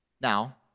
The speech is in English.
Now